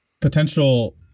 potential